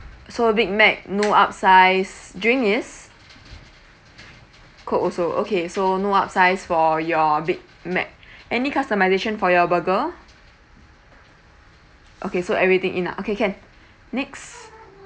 so big mac no upsize drink is coke also okay so no upsize for your big mac any customisation for your burger okay so everything in ah okay can next